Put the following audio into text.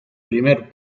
primer